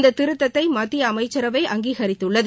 இந்த திருத்தத்தை மத்திய அமைச்சரவை அங்கீகரித்துள்ளது